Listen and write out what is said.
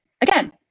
Again